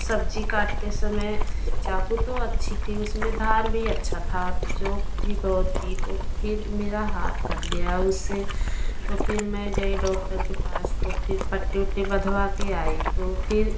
सब्जी काटते समय चाकू तो अच्छी थी उसमें धार भी अच्छा था चोक भी बहुत थी तो फिर मेरा हाथ कट गया उससे तो फिर मैं गई डॉक्टर के पास तो फिर पट्टी उट्टी बंधवा के आई तो फिर